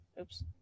oops